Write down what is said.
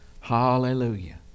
Hallelujah